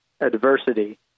adversity